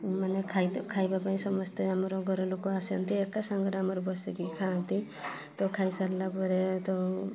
ମାନେ ଖାଇ ତ ଖାଇବା ପାଇଁ ସମସ୍ତେ ଆମର ଘର ଲୋକ ଆସନ୍ତି ଏକା ସାଙ୍ଗରେ ଆମର ବସିକି ଖାଆନ୍ତି ତ ଖାଇ ସାରିଲା ପରେ ତ